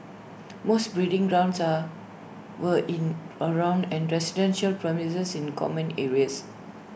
most breeding grounds are were in around and residential premises and common areas